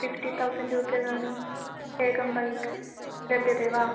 fifty thousand रूप्यकाणि एकं bank लभ्यते वा